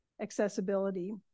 accessibility